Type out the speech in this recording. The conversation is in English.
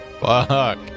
fuck